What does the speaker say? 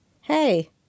Hey